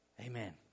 Amen